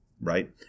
right